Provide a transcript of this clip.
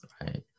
right